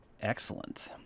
excellent